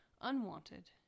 unwanted